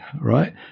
right